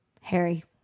Harry